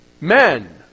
men